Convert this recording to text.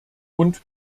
und